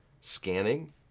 scanning